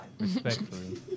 Respectfully